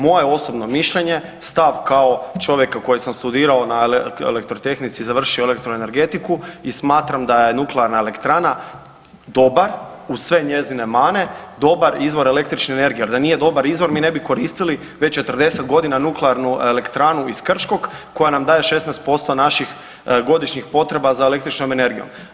Moje osobno mišljenje, stav kao čovjeka koji sam studirao na elektrotehnici i završio elektroenergetiku i smatram da je nuklearna elektrana, dobar, uz sve njezine mane, dobar izvor električne energije jer da nije dobar izvor mi ne bi koristili već 40 godina nuklearnu elektranu iz Krškog koja nam daje 16% naših godišnjih potreba za električnom energijom.